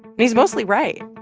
and he's mostly right.